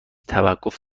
توقف